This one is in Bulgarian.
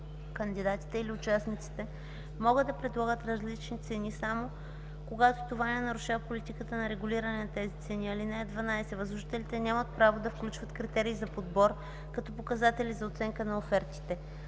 кандидатите или участниците могат да предлагат различни цени, само когато това не нарушава политиката на регулиране на тези цени. (12) Възложителите нямат право да включват критерии за подбор като показатели за оценка на офертите.”